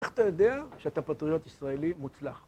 איך אתה יודע שאתה פטריוט ישראלי מוצלח?